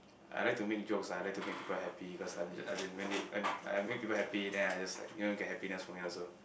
I like to make jokes lah I like to make people happy because I as in when they I I make people happy then I just like you know get happiness from it also